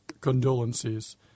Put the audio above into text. condolences